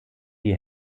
die